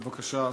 בבקשה,